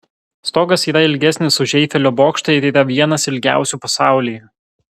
stogas yra ilgesnis už eifelio bokštą ir yra vienas ilgiausių pasaulyje